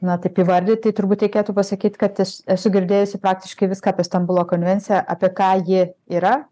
na taip įvardyti tai turbūt reikėtų pasakyt kad esu girdėjusi praktiškai viską apie stambulo konvenciją apie ką ji yra